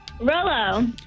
Rolo